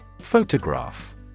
Photograph